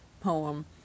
poem